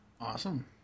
Awesome